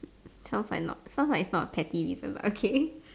sound like not sounds like it's not petty but okay